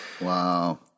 Wow